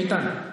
איתן?